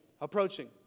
approaching